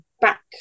back